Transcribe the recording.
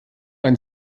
ein